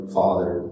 father